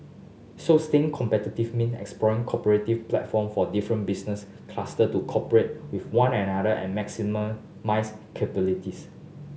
so staying competitive means exploring cooperative platform for different business cluster to cooperate with one another and capabilities